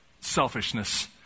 selfishness